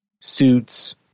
suits